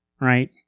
Right